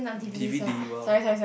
D_v_D !wow!